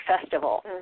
festival